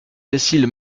facile